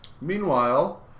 Meanwhile